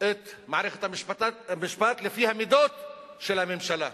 את מערכת המשפט לפי המידות של הממשלה,